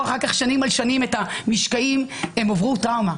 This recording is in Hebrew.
אחר כך שנים על שנים את המשקעים הם עברו טראומה,